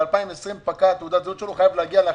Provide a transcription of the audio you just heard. ב-2020 פוקעת תעודת הזהות שלו והוא חייב להגיע להחליף?